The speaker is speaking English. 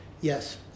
Yes